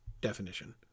definition